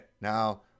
Now